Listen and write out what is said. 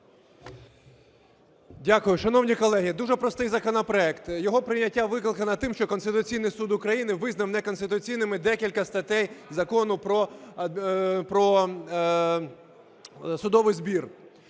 Дякую. Шановні колеги, дуже простий законопроект. Його прийняття викликано тим, що Конституційний Суд України визнав неконституційними декілька статей Закону "Про судовий збір".